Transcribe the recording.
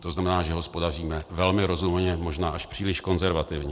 To znamená, že hospodaříme velmi rozumně, možná až příliš konzervativně.